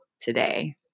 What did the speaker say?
today